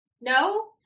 No